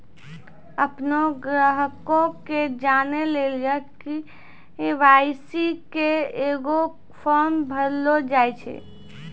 अपनो ग्राहको के जानै लेली के.वाई.सी के एगो फार्म भरैलो जाय छै